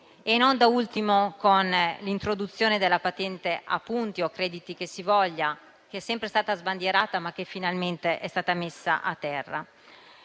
e non da ultimo con l'introduzione della patente a punti, o crediti che dir si voglia, che è sempre stata sbandierata ma che finalmente è stata messa a terra.